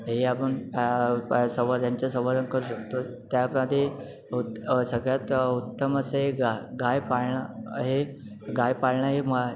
हे आपन संचा संवर्धन करू शकतो त्यामदे सगळ्यात उत्तम असे गाय गाय पाळणं हे गाय पाळणं हे